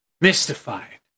mystified